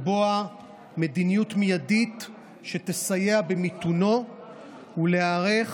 לקבוע מדיניות מיידית שתסייע במיתונו ולהיערך